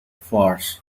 farce